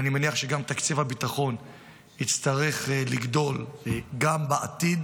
ואני מניח שתקציב הביטחון יצטרך לגדול גם בעתיד,